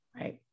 Right